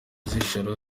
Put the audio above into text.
z’ijoro